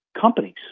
companies